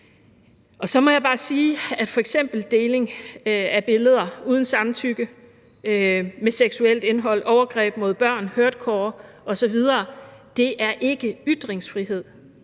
Så må jeg bare sige, at f.eks. deling af billeder uden samtykke med seksuelt indhold, overgreb mod børn, hurtcore osv. ikke er ytringsfrihed.